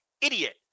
idiot